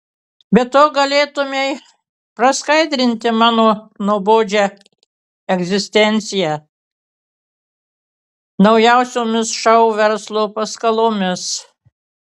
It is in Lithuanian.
be to galėtumei praskaidrinti mano nuobodžią egzistenciją naujausiomis šou verslo paskalomis